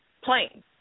plane